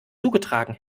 zugetragen